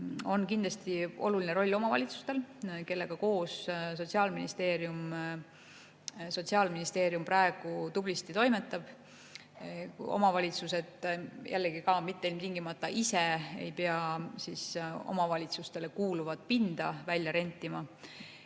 on kindlasti oluline roll omavalitsustel, kellega koos Sotsiaalministeerium praegu tublisti toimetab. Omavalitsused jällegi ja mitte ilmtingimata ise ei pea omavalitsustele kuuluvat pinda välja rentima,